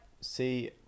see